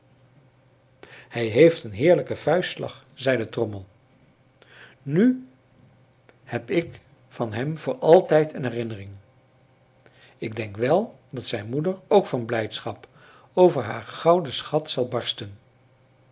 hij heeft een heerlijken vuistslag zei de trommel nu heb ik van hem voor altijd een herinnering ik denk wel dat zijn moeder ook van blijdschap over haar gouden schat zal barsten